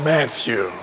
Matthew